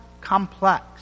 complex